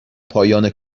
پایان